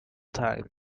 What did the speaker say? time